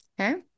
Okay